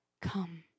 come